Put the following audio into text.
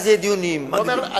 ואז יהיו דיונים מוקדמים,